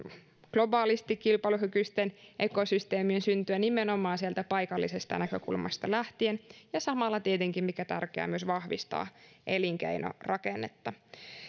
globaalisti kilpailukykyisten ekosysteemien syntyä nimenomaan sieltä paikallisesta näkökulmasta lähtien ja samalla tietenkin mikä tärkeää myös vahvistaa elinkeinorakennetta